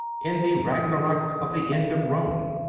in the ragnorak of the end of rome.